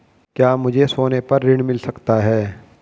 क्या मुझे सोने पर ऋण मिल सकता है?